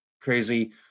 crazy